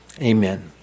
Amen